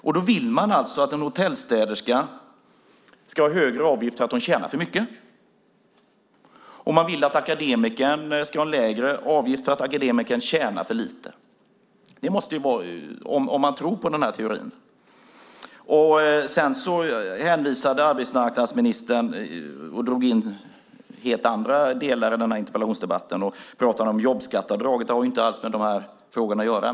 Man vill alltså att en hotellstäderska ska ha högre avgift för att hotellstäderskan tjänar för mycket, och man vill att akademikern ska ha lägre avgift för att akademikern tjänar för lite. Så måste det vara om man tror på den teorin. Arbetsmarknadsministern drog in helt andra saker i denna interpellationsdebatt genom att tala om jobbskatteavdrag. Det har inte med dessa frågor att göra.